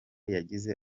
yagize